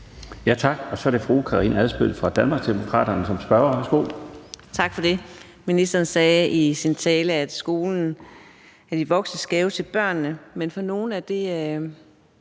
Tak. Så er det fru Karina Adsbøl fra Danmarksdemokraterne som spørger. Værsgo. Kl. 14:36 Karina Adsbøl (DD): Tak for det. Ministeren sagde i sin tale, at skolen er de voksnes gave til børnene, men for nogle er det